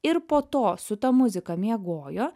ir po to su ta muzika miegojo